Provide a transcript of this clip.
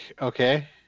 okay